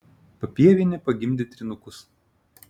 papievienė pagimdė trynukus